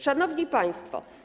Szanowni Państwo!